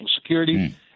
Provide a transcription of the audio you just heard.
security